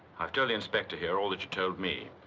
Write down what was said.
i've told the inspector here all that you told me.